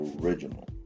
original